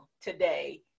today